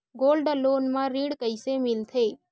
Gold loan म ऋण कइसे मिलथे?